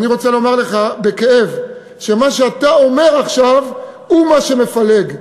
אני רוצה לומר לך בכאב שמה שאתה אומר עכשיו הוא מה שמפלג,